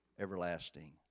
everlasting